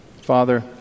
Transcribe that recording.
Father